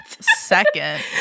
second